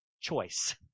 choice